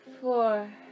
Four